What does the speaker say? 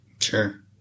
Sure